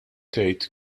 tgħid